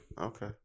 Okay